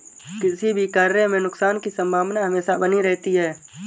किसी भी कार्य में नुकसान की संभावना हमेशा बनी रहती है